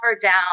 down